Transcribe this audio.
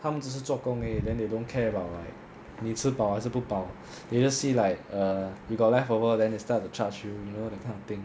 他们只是做工而已 then they don't care about like 你吃饱还是不饱 they just see like err you got leftover then they start to charge you you know that kind of thing